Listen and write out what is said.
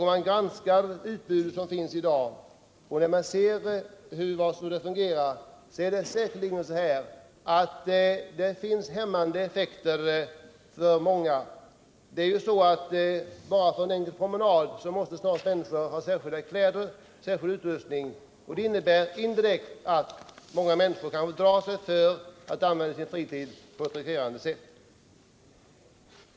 Om man granskar utbudet i dag och ser hur det fungerar finner man att det säkerligen finns hämmande effekter för många. Bara för en enkel promenad måste snart människor ha särskilda kläder och särskild utrustning, och det innebär indirekt att många kanske drar sig för att använda sin fritid på ett rekreerande sätt.